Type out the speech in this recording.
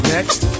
Next